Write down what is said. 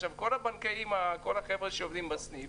כל החבר'ה שעובדים בסניף